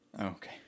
Okay